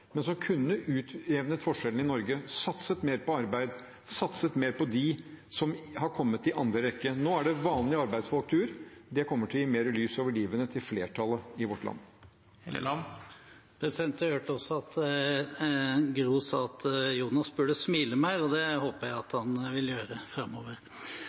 men som kunne utjevnet forskjellene i Norge, satset mer på arbeid, satset mer på dem som har kommet i andre rekke. Nå er det vanlige arbeidsfolks tur. Det kommer til å gi mer lys over livet til flertallet i vårt land. Jeg hørte også at Gro sa at Jonas burde smile mer, og det håper jeg at han vil gjøre framover.